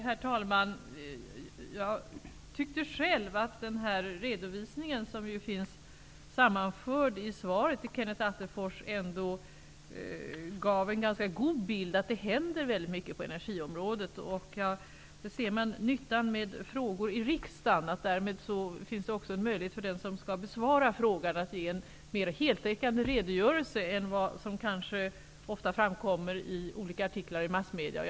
Herr talman! Jag tyckte själv att den redovisning som finns sammanförd i svaret till Kenneth Attefors gav en ganska god bild av att det händer väldigt mycket på energiområdet. Där ser man nyttan med frågor i riksdagen. Därmed finns det en möjlighet för den som skall besvara frågan att ge en mer heltäckande redogörelse än vad som ofta framkommer i olika artiklar i massmedierna.